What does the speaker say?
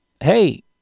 Hey